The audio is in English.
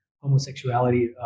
homosexuality